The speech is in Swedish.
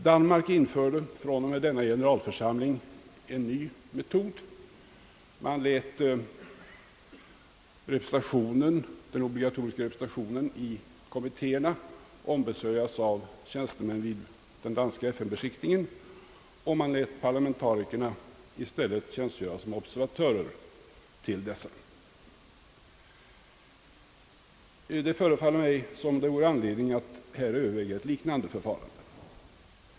Danmark införde fr.o.m. denna generalförsamling en ny metod; man lät den obligatoriska representationen i kommittéerna ombesörjas av tjänstemän vid den danska FN-beskickningen och man lät parlamentarikerna i stället tjänstgöra som observatörer. Det förefaller mig som om det vore anledning för oss att överväga ett liknande förfarande.